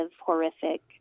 horrific